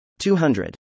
200